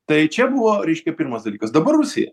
tai čia buvo reiškias pirmas dalykas dabar rusija